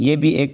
یہ بھی ایک